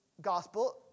gospel